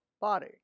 body